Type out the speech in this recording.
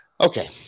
Okay